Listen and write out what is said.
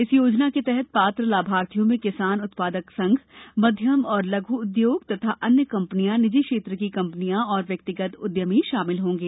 इस योजना के तहत पात्र लाभार्थियों में किसान उत्पादक संघ मध्यम एवं लघू उद्योग तथा अन्य कम्पनियां निजी क्षेत्र की कम्पनियां और व्यक्तिगत उद्यमी शामिल होंगे